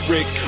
Rick